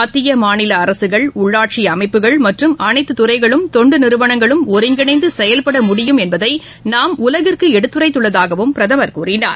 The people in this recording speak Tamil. மத்திய மாநிலஅரசுகள் உள்ளாட்சிஅமைப்புகள் மற்றும் அனைத்துதுறைகளும் தொண்டுநிறுவனங்களும் ஒருங்கிணைந்துஎவ்வாறுசெயல்படமுடியும் என்பதைநாம் உலகிற்குஎடுத்துரைத்துஉள்ளதாகவும் பிரதமர் கூறினார்